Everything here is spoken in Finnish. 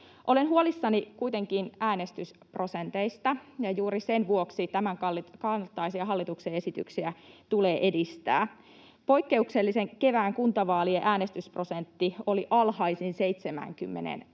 Olen huolissani kuitenkin äänestysprosenteista, ja juuri niiden vuoksi tämänkaltaisia hallituksen esityksiä tulee edistää. Poikkeuksellisen kevään kuntavaalien äänestysprosentti oli alhaisin 70